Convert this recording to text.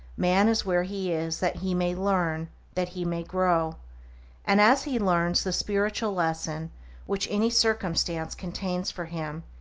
man is where he is that he may learn that he may grow and as he learns the spiritual lesson which any circumstance contains for him,